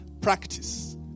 practice